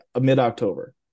Mid-October